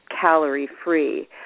calorie-free